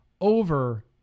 over